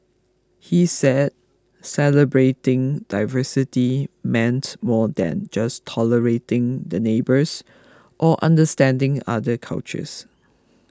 he said celebrating diversity meant more than just tolerating the neighbours or understanding other cultures